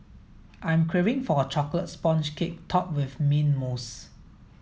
I'm craving for a chocolate sponge cake topped with mint mousse